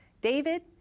David